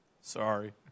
Sorry